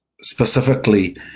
specifically